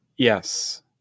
yes